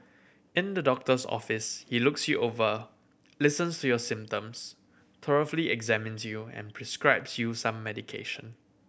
in the doctor's office he looks you over listens to your symptoms thoroughly examines you and prescribes you some medication